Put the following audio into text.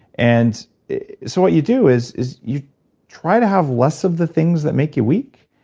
and so what you do is is you try to have less of the things that make you weak,